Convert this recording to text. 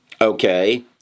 Okay